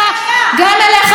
מוֹסי.